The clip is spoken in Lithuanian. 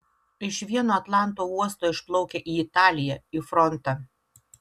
iš vieno atlanto uosto išplaukia į italiją į frontą